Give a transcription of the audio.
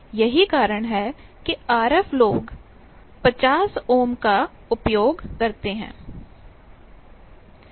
यही कारण है कि RF लोग 50 ओम का उपयोग करते हैं